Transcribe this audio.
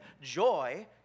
joy